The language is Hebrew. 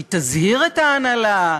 שהיא תזהיר את ההנהלה,